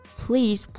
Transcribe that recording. please